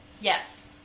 Yes